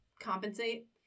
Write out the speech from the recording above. compensate